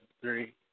three